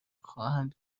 خواهند